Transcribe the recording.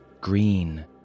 green